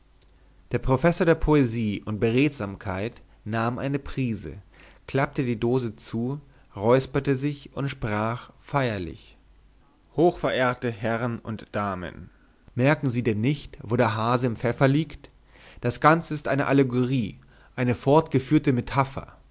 der professor der poesie und beredsamkeit nahm eine prise klappte die dose zu räusperte sich und sprach feierlich hochzuverehrende herren und damen merken sie denn nicht wo der hase im pfeffer liegt das ganze ist eine allegorie eine fortgeführte metapher